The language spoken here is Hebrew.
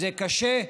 זה קשה,